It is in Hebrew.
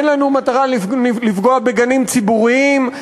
אין לנו מטרה לפגוע בגנים ציבוריים.